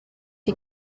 die